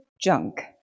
junk